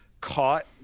caught